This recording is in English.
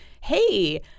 hey